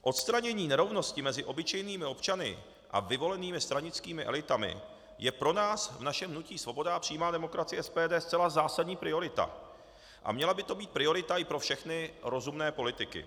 Odstranění nerovnosti mezi obyčejnými občany a vyvolenými stranickými elitami je pro nás v našem hnutí Svoboda a přímá demokracie SPD zcela zásadní priorita a měla by to být priorita i pro všechny rozumné politiky.